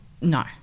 no